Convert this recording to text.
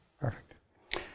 Perfect